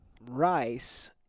rice